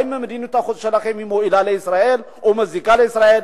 האם מדיניות החוץ שלכם מועילה לישראל או מזיקה לישראל?